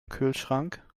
kühlschrank